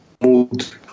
mood